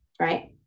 Right